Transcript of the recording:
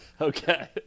Okay